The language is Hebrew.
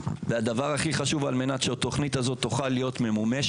והדבר הכי חשוב על מנת שהתוכנית הזאת תוכל להיות ממומשת,